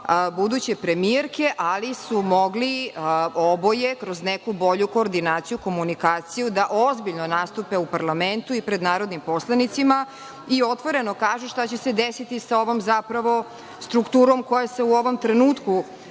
buduće premijerke, ali su mogli oboje kroz neku bolju koordinaciju, komunikaciju da ozbiljno nastupe u parlamentu i pred narodnom poslanicima i otvoreno kažu šta će se desiti sa ovom, zapravo, strukturom koja se u ovom trenutku